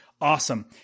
awesome